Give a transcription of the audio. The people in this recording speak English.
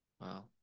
wow